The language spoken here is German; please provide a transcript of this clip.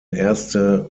erste